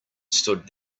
stood